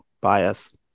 bias